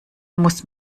muss